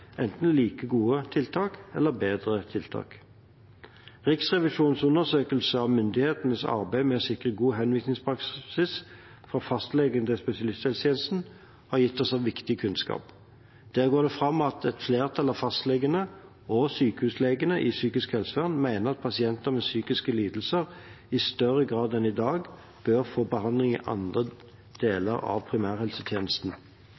enten like gode tiltak eller bedre tiltak. Riksrevisjonens undersøkelse av myndighetenes arbeid med å sikre god henvisningspraksis fra fastlegen til spesialisthelsetjenesten har gitt oss viktig kunnskap. Der går det fram at et flertall av fastlegene og sykehusleger i psykisk helsevern mener at pasienter med psykiske lidelser i større grad enn i dag bør få behandling i andre